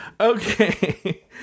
Okay